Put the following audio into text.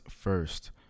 first